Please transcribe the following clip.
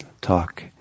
talk